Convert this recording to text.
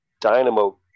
Dynamo